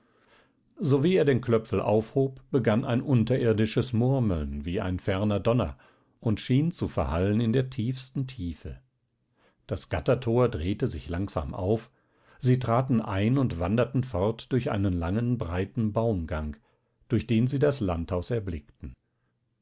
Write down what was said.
sowie er den klöpfel aufhob begann ein unterirdisches murmeln wie ein ferner donner und schien zu verhallen in der tiefsten tiefe das gattertor drehte sich langsam auf sie traten ein und wanderten fort durch einen langen breiten baumgang durch den sie das landhaus erblickten